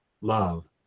love